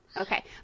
Okay